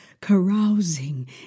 carousing